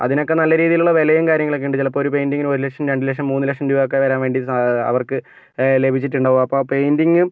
അതിനൊക്കെ നല്ല രീതിയിലുള്ള വിലയും കാര്യങ്ങളൊക്കെ ഉണ്ട് ചിലപ്പോൾ ഒര് പെയ്ന്റിങിന് ഒരു ലക്ഷം രണ്ട് ലക്ഷം മൂന്ന് ലക്ഷം രൂപ ഒക്കെ വരാൻ വേണ്ടി അവർക്ക് ലഭിച്ചിട്ടുണ്ടാകും അപ്പോൾ പെയ്ന്റിംഗ്